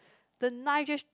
the knife just